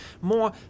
more